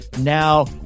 Now